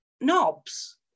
knobs